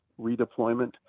redeployment